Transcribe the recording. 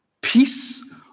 Peace